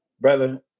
brother